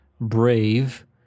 Brave